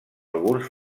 alguns